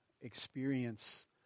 experience